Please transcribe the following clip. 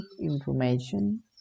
information